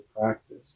practice